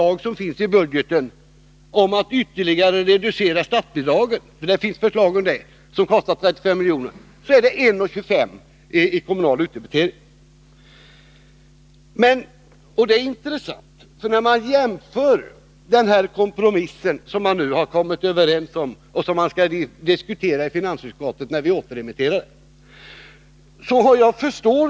Räknar man in det förslag om ytterligare reducering av statsbidragen som finns i budgetpropositionen blir den totala effekten 1:25 kr. i kommunal utdebitering. Det är intressant att jämföra denna kompromiss, som nu tydligen skall diskuteras i finansutskottet efter återremiss, med regeringens ursprungliga förslag.